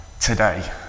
today